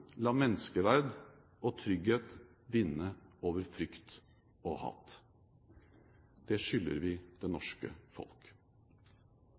la menneskeverd og trygghet vinne over frykt og hat. Det skylder vi det norske folk.